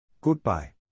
Goodbye